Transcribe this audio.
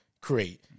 create